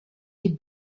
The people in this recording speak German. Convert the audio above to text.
die